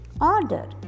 order